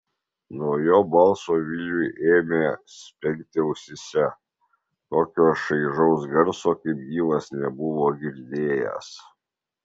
nuo jo balso viliui ėmė spengti ausyse tokio šaižaus garso kaip gyvas nebuvo girdėjęs